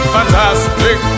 Fantastic